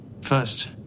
First